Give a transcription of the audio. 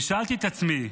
ושאלתי את עצמי: